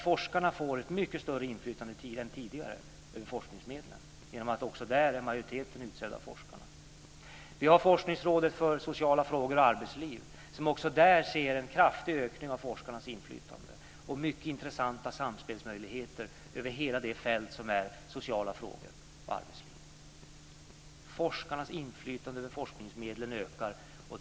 Forskarna får ett mycket större inflytande än tidigare över forskningsmedlen genom att också där en majoritet är utsedd av forskarna. Det andra är forskningsrådet för sociala frågor och arbetsliv. Också där ser vi en kraftig ökning av forskarnas inflytande och mycket intressanta samspelsmöjligheter över hela det fält som utgörs av sociala frågor och arbetsliv. Forskarnas inflytande över forskningsmedlen ökar.